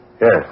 Yes